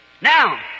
Now